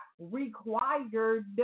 required